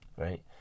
right